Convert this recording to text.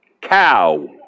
cow